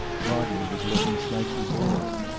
rodney was looking slightly bored.